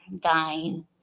dying